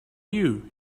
you